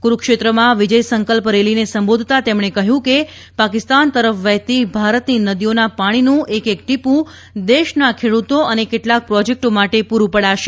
કુરૂક્ષેત્રમાં વિજય સંકલ્પ રેલીને સંબોધતાં તેમણે કહ્યું કે પાકિસ્તાન તરફ વહેતી ભારતની નદીઓના પાણીનું એક એક ટીપું દેશના ખેડૂતો અને કેટલાંક પ્રોજેક્ટો માટે પૂરું પડાશે